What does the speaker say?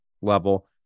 level